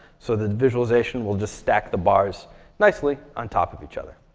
so the visualization will just stack the bars nicely on top of each other.